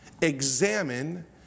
examine